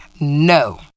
no